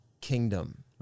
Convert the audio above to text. kingdom